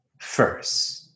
first